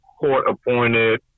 court-appointed